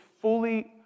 fully